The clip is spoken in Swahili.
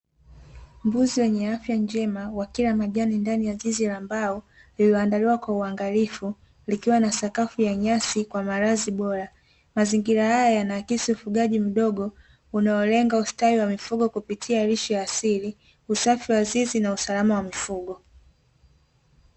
Mbuzi wenye afya njema wakila majani ndani ya zizi la mbao lililo andaliwa kwa uangalifu likiwa na sakafu ya nyasi kwa malazi bora, mazingira haya yanahakisi ufugaji mdogo unaolenga ustawi wa mifugo kupitia lishe asili, usafi wa zizi na usalama wa mifugo.